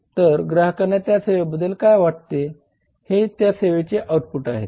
तर ग्राहकांना त्या सेवेबद्दल काय वाटते हे त्या सेवेचा आउटपुट आहे